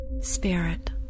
spirit